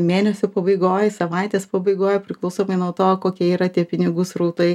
mėnesio pabaigoj savaitės pabaigoj priklausomai nuo to kokie yra tie pinigų srautai